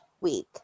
week